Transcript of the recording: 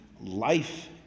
life